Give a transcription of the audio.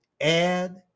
add